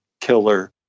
killer